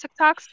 TikToks